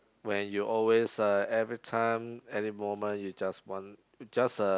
when you always uh every time any moment you just want just the